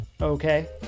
okay